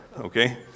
Okay